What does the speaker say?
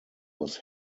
was